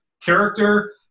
character –